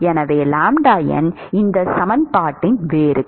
எனவே இந்த சமன்பாட்டின் வேர்கள்